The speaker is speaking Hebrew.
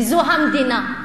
וזו המדינה,